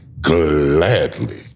gladly